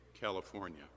California